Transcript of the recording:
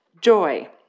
Joy